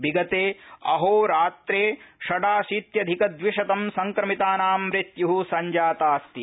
विगते अहोरात्रे षडाशीत्याधिकद्विशतम् संक्रमितानां मृत्यु सब्जातास्ति